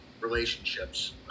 relationships